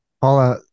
Paula